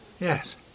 yes